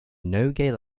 nogai